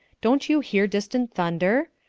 don't you hear distant thunder?